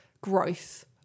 growth